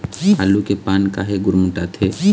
आलू के पान काहे गुरमुटाथे?